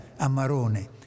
Amarone